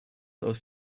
aus